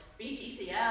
BTCL